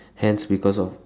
hence because of